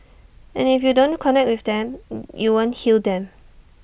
and if you don't connect with them you won't heal them